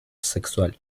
sexual